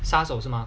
杀手是吗